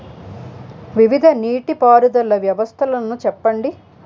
వివిధ నీటి పారుదల వ్యవస్థలను చెప్పండి?